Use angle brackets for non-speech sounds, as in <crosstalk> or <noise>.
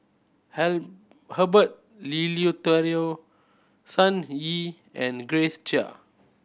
<unintelligible> Herbert Eleuterio Sun Yee and Grace Chia